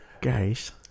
guys